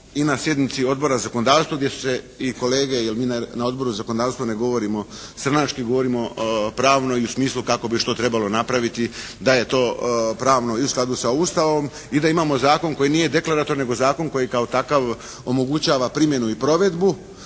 i na sjednici Odbora za zakonodavstvo gdje su se i kolege, jer mi na Odboru za zakonodavstvo ne govorimo crnački, govorimo pravno i u smislu kako bi i što trebalo napraviti da je to pravno i u skladu sa Ustavom i da imamo zakon koji nije deklaratorni nego zakon koji kao takav omogućava primjenu i provedbu.